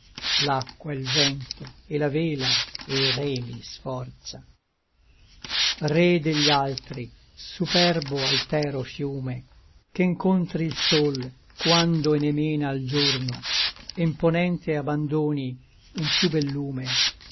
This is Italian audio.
l'acqua e l vento e la vela e i remi sforza re degli altri superbo altero fiume che ncontri l sol quando e ne mena l giorno e n ponente abandoni un piú bel lume